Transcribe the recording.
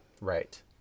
Right